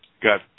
got